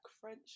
French